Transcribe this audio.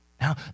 Now